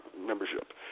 membership